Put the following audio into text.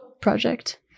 project